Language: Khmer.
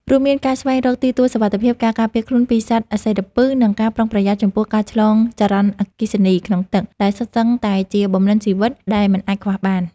រួមមានការស្វែងរកទីទួលសុវត្ថិភាព ការការពារខ្លួនពីសត្វអាសិរពិស និងការប្រុងប្រយ័ត្នចំពោះការឆ្លងចរន្តអគ្គិសនីក្នុងទឹក ដែលសុទ្ធសឹងតែជាបំណិនជីវិតដែលមិនអាចខ្វះបាន។